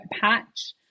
patch